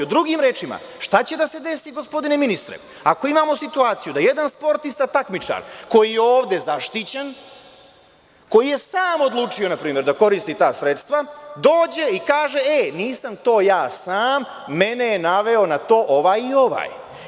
Drugim rečima, šta će da se desi gospodine ministre, ako imamo situaciju da jedan sportista takmičar koji je ovde zaštićen, koji je sam odlučio na primer da koristi ta sredstva, dođe i kaže – ej, nisam to ja sam, mene je naveo na to ovaj i ovaj.